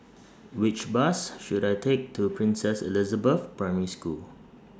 Which Bus should I Take to Princess Elizabeth Primary School